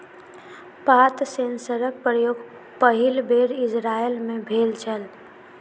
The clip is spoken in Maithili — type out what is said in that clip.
पात सेंसरक प्रयोग पहिल बेर इजरायल मे भेल छल